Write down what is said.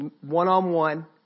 one-on-one